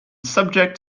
subject